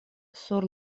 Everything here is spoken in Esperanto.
sur